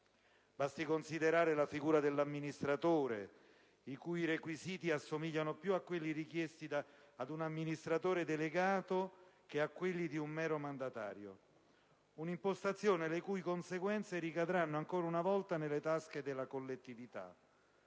Basti considerare la figura dell'amministratore, i cui requisiti assomigliano più a quelli richiesti ad un amministratore delegato che a quelli di un mero mandatario: un'impostazione le cui conseguenze ricadranno ancora una volta sulle tasche della collettività.